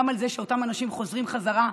גם על זה שאותם אנשים חוזרים חזרה.